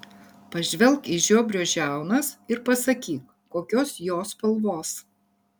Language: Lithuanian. pažvelk į žiobrio žiaunas ir pasakyk kokios jos spalvos